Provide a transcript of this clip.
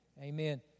Amen